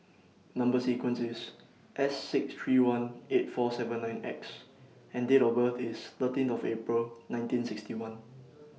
Number sequence IS S six three one eight four seven nine X and Date of birth IS thirteen of April nineteen sixty one